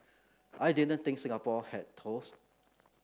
I didn't think Singapore had touts